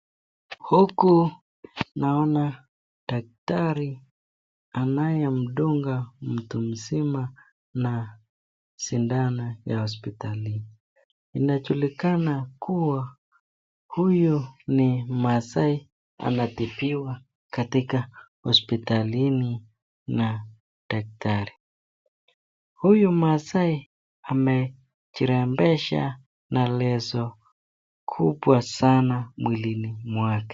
Huku naona daktari anayemdunga mtu mzima na sindano ya hospitalini. Inajulikana kuwa huyu ni maasai anatibiwa katika hospitali hili na daktari. Huyu maasai amejirembesha na leso kubwa sana mwilini mwake.